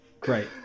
Great